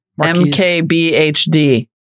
mkbhd